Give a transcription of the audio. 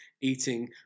eating